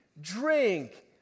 drink